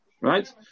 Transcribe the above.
Right